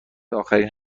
آخرین